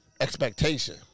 expectation